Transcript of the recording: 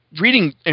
reading